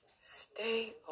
Stay